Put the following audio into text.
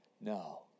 No